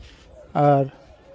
ᱟᱨ